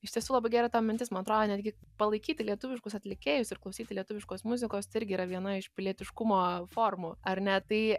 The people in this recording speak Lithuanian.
iš tiesų labai gera tavo mintis man atrodo netgi palaikyti lietuviškus atlikėjus ir klausyti lietuviškos muzikos tai irgi yra viena iš pilietiškumo formų ar ne tai